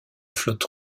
flotte